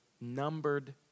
numbered